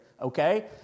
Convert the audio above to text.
okay